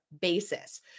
basis